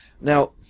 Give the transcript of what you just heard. Now